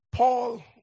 Paul